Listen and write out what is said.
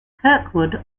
kirkwood